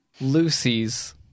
lucy's